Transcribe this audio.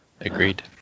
agreed